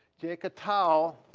take a towel